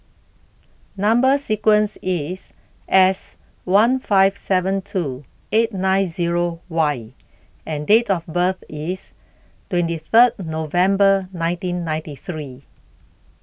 Number sequence IS S one five seven two eight nine Zero Y and Date of birth IS twenty Third November nineteen ninety three